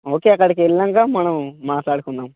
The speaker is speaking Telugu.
ఓకే అక్కడికి వెళ్ళినాక మనం మాట్లాడుకుందాం